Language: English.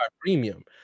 premium